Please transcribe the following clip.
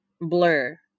blur